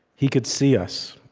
he could see us,